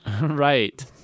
right